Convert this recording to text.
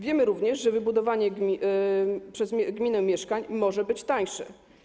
Wiemy również, że wybudowanie przez gminę mieszkań może być tańsze.